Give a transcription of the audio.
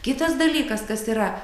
kitas dalykas kas yra